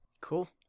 Cool